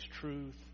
truth